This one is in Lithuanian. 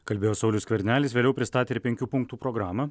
kalbėjo saulius skvernelis vėliau pristatė ir penkių punktų programą